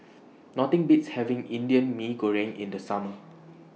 Nothing Beats having Indian Mee Goreng in The Summer